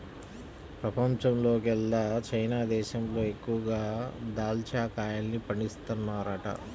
పెపంచంలోకెల్లా చైనా దేశంలో ఎక్కువగా దాచ్చా కాయల్ని పండిత్తన్నారంట